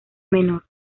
menor